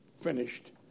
finished